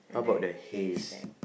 and the haystack